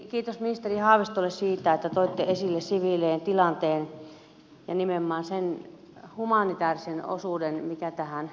kiitos ministeri haavistolle siitä että toitte esille siviilien tilanteen ja nimenomaan sen humanitäärisen osuuden mikä tähän kriisiin liittyy